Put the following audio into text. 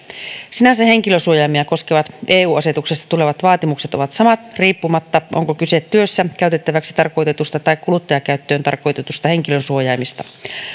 sinänsä henkilönsuojaimia koskevat eu asetuksesta tulevat vaatimukset ovat samat riippumatta onko kyse työssä käytettäväksi tarkoitetusta tai kuluttajakäyttöön tarkoitetuista henkilönsuojaimista